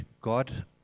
God